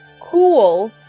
cool